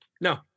No